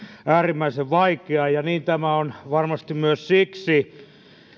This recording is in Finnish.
äärimmäisen vaikeaa ja niin tämä on varmasti myös siksi